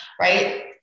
right